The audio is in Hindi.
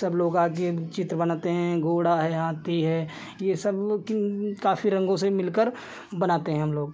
सब लोग आकर चित्र बनाते हैं घोड़ा है हाथी है यह सब लोग काफ़ी रंगों से मिलाकर बनाते हैं हमलोग